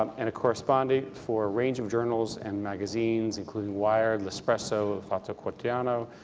um and a correspondent for a range of journals and magazines, including wired, l'espresso, fatto quotidiano,